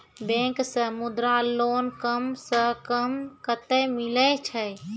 Bank से Mudra loan कम सऽ कम कतैय मिलैय छै?